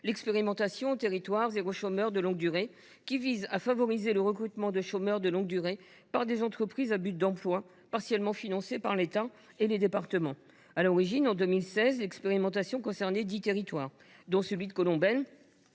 l’expérimentation Territoires zéro chômeur de longue durée, qui vise à favoriser le recrutement de chômeurs de longue durée par des entreprises à but d’emploi (EBE), partiellement financées par l’État et les départements. À l’origine, en 2016, l’expérimentation concernait dix territoires, dont celui de Colombelles,